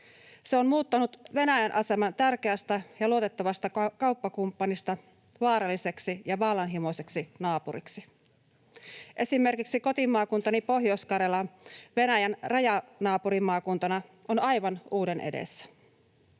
Se on muuttanut Venäjän aseman tärkeästä ja luotettavasta kauppakumppanista vaaralliseksi ja vallanhimoiseksi naapuriksi. Esimerkiksi kotimaakuntani Pohjois-Karjala Venäjän rajanaapurimaakuntana on aivan uuden edessä.